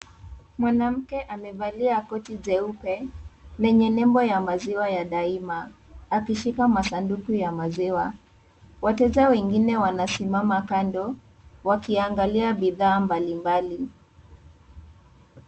Mwanamke amevalia koti jeupe yenye nembo ya maziwa ya daima akishika masanduku ya maziwa wateja wengine wanasimama kando wakiangalia bidhaa mbalimbali.